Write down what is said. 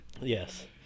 Yes